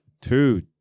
two